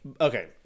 Okay